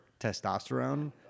testosterone